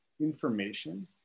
information